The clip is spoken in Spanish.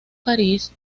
parís